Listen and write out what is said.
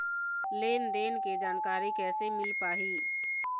लेन देन के जानकारी कैसे मिल पाही?